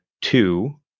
two